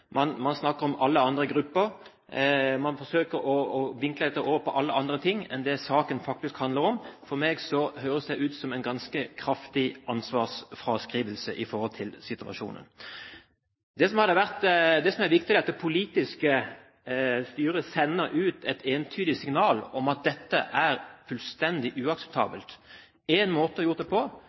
man snakker om alle andre grupper, og man forsøker å vinkle dette over på alle andre ting enn det saken faktisk handler om. For meg høres det ut som en ganske kraftig ansvarsfraskrivelse i forhold til situasjonen. Det som hadde vært viktig, ville vært at det politiske styret sendte ut et entydig signal om at dette er fullstendig uakseptabelt. En måte man kunne ha gjort det på,